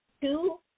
two